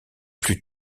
plus